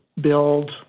build